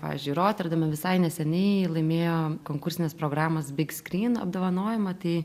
pavyzdžiui roterdame visai neseniai laimėjo konkursinės programos big skryn apdovanojimą tai